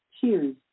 Cheers